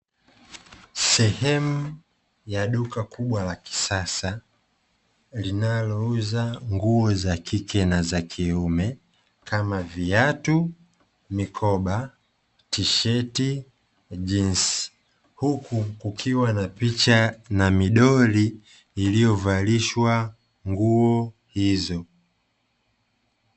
Sehemu ya duka kubwa la kisasa linalouza nguo za kike na za kiume kama viatu, mikoba, tisheti na jinsi, huku kukiwa na picha na midoli iliyovalishwa nguo hizo.